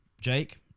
jake